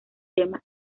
tema